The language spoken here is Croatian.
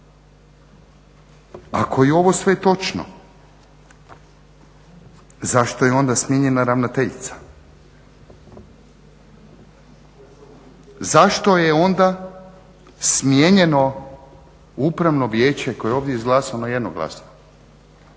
Ako je i ovo sve točno, zašto je onda smijenjena ravnateljica, zašto je onda smijenjeno upravno vijeće koje je ovdje izglasano jednoglasno